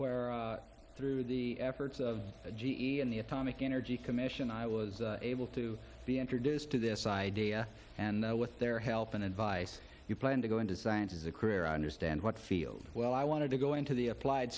where through the efforts of g e and the atomic energy commission i was able to be introduced to this idea and with their help and advice you plan to go into science as a career i understand what field well i wanted to go into the applied